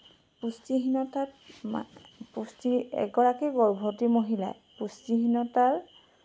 পুষ্টিহীনতাত পুষ্টি এগৰাকী গৰ্ভৱতী মহিলাই পুষ্টিহীনতাৰ